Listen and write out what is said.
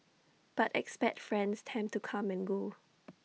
but expat friends tend to come and go